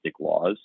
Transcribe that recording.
laws